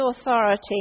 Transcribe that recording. authority